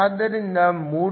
ಆದ್ದರಿಂದ 3